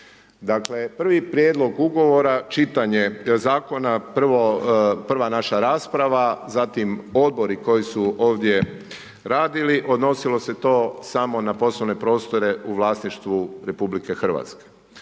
Dakle, prvi prijedlog ugovora čitanje zakona, prvo prva naša rasprava zatim odbori koji su ovdje radili odnosilo se to samo na poslovne prostore u vlasništvu RH. Tijekom